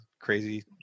crazy